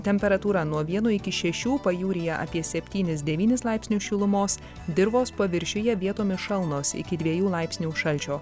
temperatūra nuo vieno iki šešių pajūryje apie septynis devynis laipsnių šilumos dirvos paviršiuje vietomis šalnos iki dviejų laipsnių šalčio